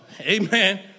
Amen